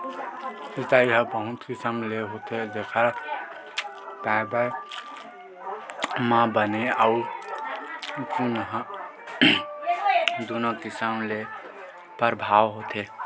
सिचई ह बहुत किसम ले होथे जेखर परयाबरन म बने अउ गिनहा दुनो किसम ले परभाव होथे